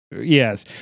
Yes